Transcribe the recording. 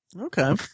okay